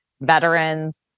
veterans